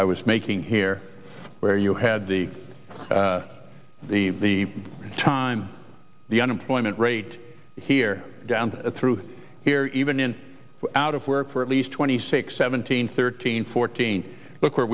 i was making here where you had the the the time the unemployment rate here down through here even in out of work for at least twenty six seventeen thirteen fourteen look where